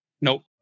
Nope